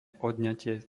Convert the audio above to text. odňatie